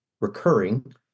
recurring